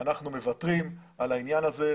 אנחנו מוותרים על העניין הזה.